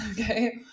Okay